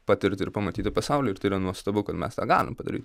patirti ir pamatyti pasaulį ir yra nuostabu kad mes tą galim padaryt